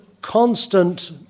constant